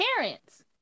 parents